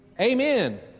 Amen